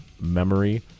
Memory